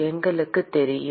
எங்களுக்கு தெரியும்